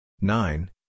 nine